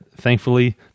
thankfully